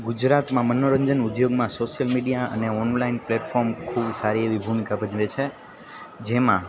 ગુજરાતમાં મનોરંજન ઉદ્યોગમાં સોસિયલ મીડિયા અને ઓનલાઈન પ્લેટફોર્મ ખૂબ સારી એવી ભૂમિકા ભજવે છે જેમાં